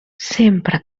sempre